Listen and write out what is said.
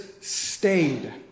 stayed